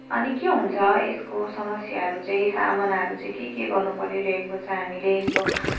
अनि के हुन्छ यसको समस्याहरू चाहिँ सामनाहरू चाहिँ के के गर्नु परिरहेको छ हामीले यस्तो